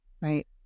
Right